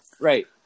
Right